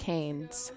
Canes